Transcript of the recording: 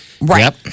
Right